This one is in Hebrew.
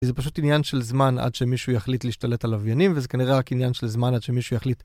זה פשוט עניין של זמן עד שמישהו יחליט להשתלט על לווינים וזה כנראה רק עניין של זמן עד שמישהו יחליט